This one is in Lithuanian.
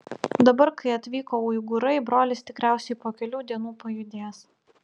dabar kai atvyko uigūrai brolis tikriausiai po kelių dienų pajudės